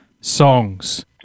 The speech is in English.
Songs